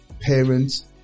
parents